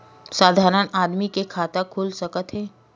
का साधारण आदमी के खाता खुल सकत हे?